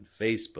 Facebook